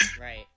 Right